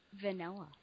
vanilla